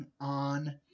on